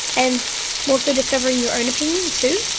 and also discovering your own opinion too.